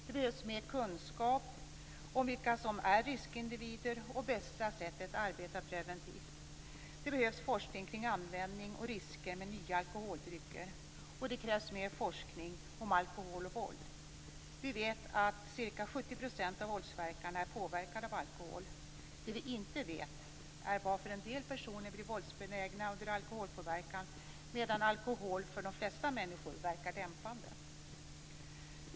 Det behövs mer kunskap om vilka som är riskindivider och om bästa sättet att arbeta preventivt. Det behövs forskning kring användning av och risker med nya alkoholdrycker. Det krävs också mer forskning om alkohol och våld. Vi vet att ca 70 % av våldsverkarna är påverkade av alkohol. Vad vi inte vet är varför en del personer blir våldsbenägna under alkoholpåverkan, medan alkohol för de flesta människor verkar dämpande.